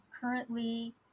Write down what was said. currently